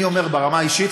אני אומר ברמה האישית,